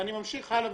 ואני ממשיך הלאה.